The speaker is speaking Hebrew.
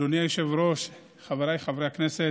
אדוני היושב-ראש, חבריי חברי הכנסת,